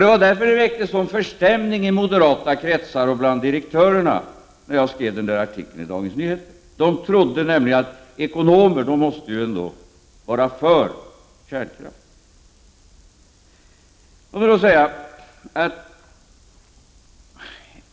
Det var därför som det väckte en sådan förstämning i moderata kretsar och bland direktörerna när jag skrev min artikel i Dagens Nyheter. De trodde nämligen att ekonomer måste vara för kärnkraften.